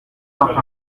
vingt